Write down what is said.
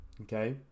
okay